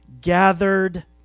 gathered